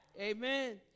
Amen